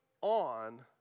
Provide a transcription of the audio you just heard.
on